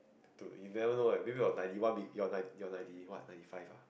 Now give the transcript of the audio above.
dude you never know eh maybe you were ninety one big your nine your ninety what ninety five ah